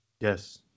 Yes